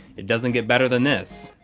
it doesn't get better than this!